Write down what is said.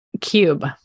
cube